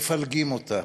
מפלגים אותה,